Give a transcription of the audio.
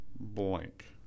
blank